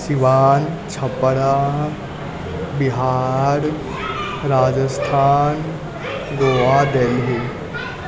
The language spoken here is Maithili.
सिवान छपरा बिहार राजस्थान गोआ देलही